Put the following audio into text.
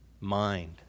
mind